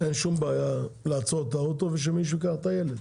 אין שום בעיה לעצור את האוטו ושמישהו ייקח את הילד.